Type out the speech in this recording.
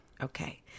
Okay